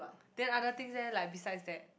then other things leh like besides that